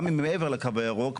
גם אם הם מעבר לקו הירוק,